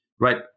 right